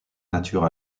nature